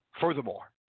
Furthermore